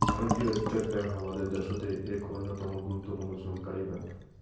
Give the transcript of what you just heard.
ভারতীয় state bank হামাদের দ্যাশোত এক অইন্যতম গুরুত্বপূর্ণ ছরকারি ব্যাঙ্ক